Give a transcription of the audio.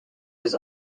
was